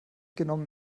genommen